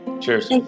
Cheers